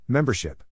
Membership